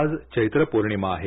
आज चैत्र पौर्णिमा आहे